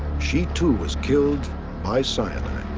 she too was killed by cyanide.